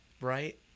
Right